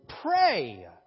pray